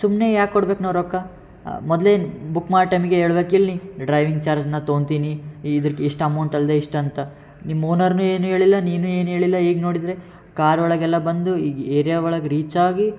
ಸುಮ್ಮನೆ ಯಾಕೆ ಕೊಡ್ಬೇಕು ನಾವು ರೊಕ್ಕ ಮೊದ್ಲೇನು ಬುಕ್ ಮಾಡೋ ಟೈಮಿಗೆ ಹೇಳ್ಬೇಕೆಲ್ಲ ನೀನು ಡ್ರೈವಿಂಗ್ ಚಾರ್ಜನ್ನ ತಗೊಳ್ತೀನಿ ಇದ್ರಕ್ಕೆ ಷ್ಟು ಅಮೌಂಟ್ ಅಲ್ಲದೇ ಇಷ್ಟು ಅಂತ ನಿಮ್ಮ ಓನರ್ನೂ ಏನೂ ಹೇಳಿಲ್ಲ ನೀನು ಏನು ಹೇಳಿಲ್ಲ ಈಗ ನೋಡಿದರೆ ಕಾರ್ ಒಳಗೆಲ್ಲ ಬಂದು ಏರಿಯಾ ಒಳಗೆ ರೀಚ್ ಆಗಿ